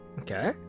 okay